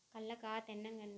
கல்லக்காய் தென்னங்கன்று